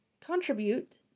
contribute